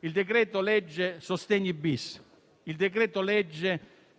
il decreto-legge sostegni-*bis*, il decreto-legge